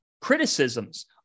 criticisms